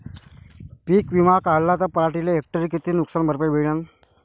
पीक विमा काढला त पराटीले हेक्टरी किती नुकसान भरपाई मिळीनं?